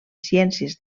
ciències